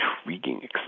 intriguing